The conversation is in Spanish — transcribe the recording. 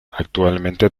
actualmente